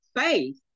faith